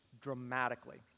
dramatically